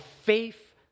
faith